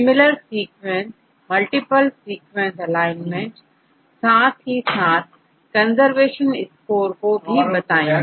similar sequences multiple sequence alignment साथ ही साथ कंजर्वेशंस स्कोर को भी समझेंगे